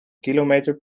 kilometer